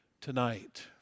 tonight